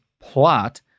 plot